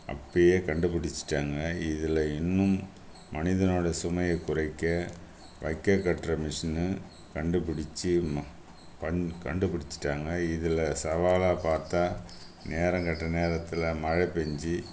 அப்பவே கண்டுபிடிச்சிட்டாங்க இதில் இன்னும் மனிதனோடய சுமையை குறைக்க வைக்க கட்டுற மிஷினு கண்டுபிடிச்சி கண்டுபிடிச்சிட்டாங்க இதில் சவாலாக பார்த்தா நேரங்கெட்ட நேரத்தில்ல மழை பெய்ஞ்சி